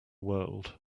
world